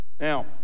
now